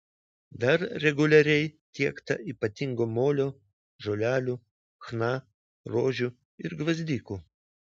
dar reguliariai tiekta ypatingo molio žolelių chna rožių ir gvazdikų